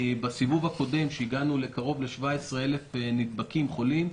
בסיבוב הקודם כשהגענו לקרוב ל-17,000 נדבקים חולים,